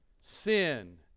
sin